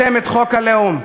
אתם את חוק הלאום.